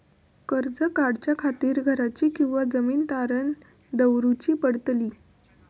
कर्ज काढच्या खातीर घराची किंवा जमीन तारण दवरूची पडतली?